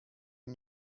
you